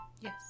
Yes